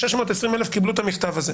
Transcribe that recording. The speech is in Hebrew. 620,000 קיבלו את המכתב הזה.